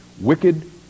wicked